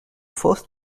first